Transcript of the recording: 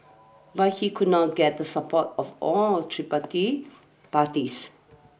but he could not get the support of all tripartite parties